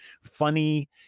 funny